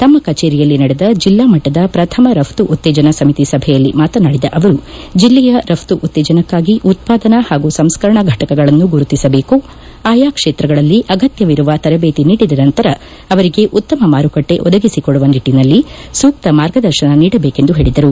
ತಮ್ಮ ಕಚೇರಿಯಲ್ಲಿ ನಡೆದ ಜಿಲ್ಲಾ ಮಟ್ಟದ ಪ್ರಥಮ ರಫ್ತು ಉತ್ತೇಜನ ಸಮಿತಿ ಸಭೆಯಲ್ಲಿ ಮಾತನಾಡಿದ ಅವರು ಜಿಲ್ಲೆಯಲ್ಲಿ ರಫ್ತು ಉತ್ತೇಜನಕ್ಕಾಗಿ ಉತ್ಪಾದನಾ ಹಾಗೂ ಸಂಸ್ಕರಣಾ ಫಟಕಗಳನ್ನು ಗುರುತಿಸಬೇಕು ಆಯಾ ಕ್ಷೇತ್ರಗಳಲ್ಲಿ ಆಗತ್ತವಿರುವ ತರಬೇತಿ ನೀಡಿದ ನಂತರ ಅವರಿಗೆ ಉತ್ತಮ ಮಾರುಕಟ್ಟೆ ಒದಗಿಸಿಕೊಡುವ ನಿಟ್ಟನಲ್ಲಿ ಸೂಕ್ತ ಮಾರ್ಗದರ್ಶನ ನೀಡಬೇಕೆಂದು ಹೇಳಿದರು